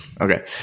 Okay